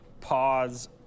pause